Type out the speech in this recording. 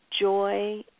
joy